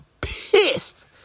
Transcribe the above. pissed